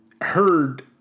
heard